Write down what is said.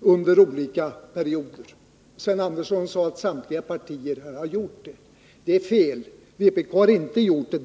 under olika perioder. Sven Andersson sade att samtliga partier här har gjort det. Det är fel. Vpk har inte gjort det.